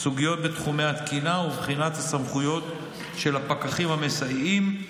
סוגיות בתחומי התקינה ובחינת הסמכויות של הפקחים המסייעים,